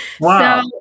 Wow